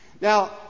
Now